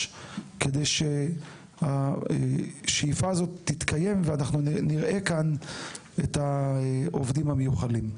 כדי שהשאיפה הזו תתקיים ושאנחנו נראה כאן את העובדים המיוחלים.